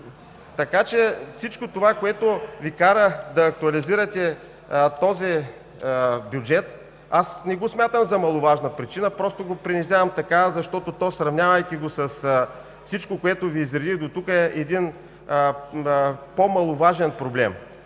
Всичко това, което Ви кара да актуализирате бюджета, аз не смятам за маловажна причина, просто го принизявам така, защото то, сравнявайки го с всичко, което Ви изредих дотук, е един по-маловажен проблем.